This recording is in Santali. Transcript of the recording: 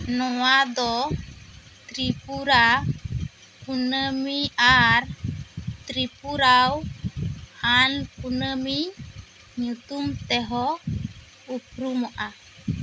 ᱱᱚᱣᱟ ᱫᱚ ᱛᱨᱤᱯᱩᱨᱟ ᱠᱩᱱᱟ ᱢᱤ ᱟᱨ ᱛᱨᱤᱯᱩᱨᱟᱣᱟᱱ ᱠᱩᱱᱟ ᱢᱤ ᱧᱩᱛᱩᱢ ᱛᱮ ᱦᱚ ᱩᱯᱨᱩᱢᱚᱜᱼᱟ